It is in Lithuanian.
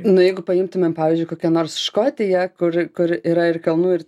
nu jeigu paimtumėm pavyzdžiui kokią nors škotiją kur kur yra ir kalnų ir